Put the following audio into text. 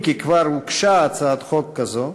אם כי כבר הוגשה הצעת חוק כזאת,